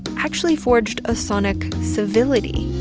actually forged a sonic civility